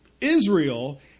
Israel